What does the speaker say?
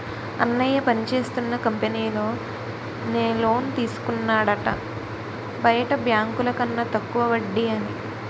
అన్నయ్య పనిచేస్తున్న కంపెనీలో నే లోన్ తీసుకున్నాడట బయట బాంకుల కన్న తక్కువ వడ్డీ అని